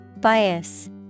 Bias